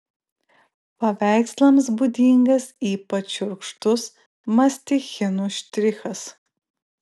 paveikslams būdingas ypač šiurkštus mastichinų štrichas